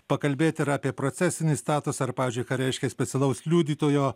pakalbėt ir apie procesinį statusą ar pavyzdžiui ką reiškia specialaus liudytojo